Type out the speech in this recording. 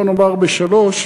בוא נאמר בשלושה,